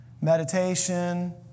meditation